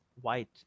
white